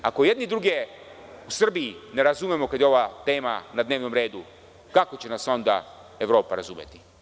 Ako jedni druge u Srbiji ne razumemo kada je ova tema na dnevnom redu, kako će nas onda Evropa razumeti?